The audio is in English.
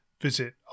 visit